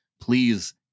Please